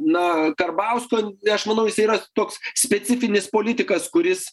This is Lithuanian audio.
na karbauskio aš manau jisai yra toks specifinis politikas kuris